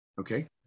Okay